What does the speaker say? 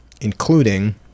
including